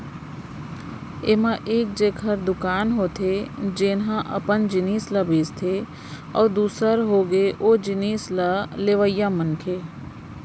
ऐमा एक जेखर दुकान होथे जेनहा अपन जिनिस ल बेंचथे अउ दूसर होगे ओ जिनिस ल लेवइया मनखे